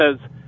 says